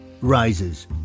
rises